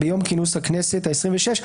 ביום כינוס הכנסת ה-26.